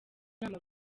inama